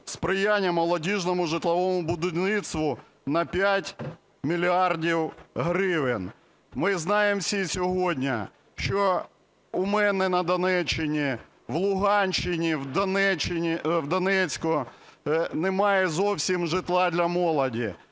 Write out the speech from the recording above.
сприяння молодіжному житловому будівництву" на 5 мільярдів гривень. Ми знаємо всі сьогодні, що у мене на Донеччині, на Луганщині, в Донецьку немає зовсім житла для молоді,